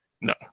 No